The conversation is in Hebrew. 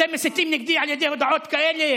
אתם מסיתים נגדי על ידי הודעות כאלה?